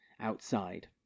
outside